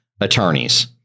attorneys